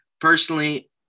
personally